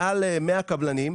מעל 100 קבלנים,